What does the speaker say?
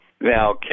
Now